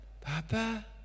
Papa